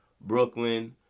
Brooklyn